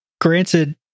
granted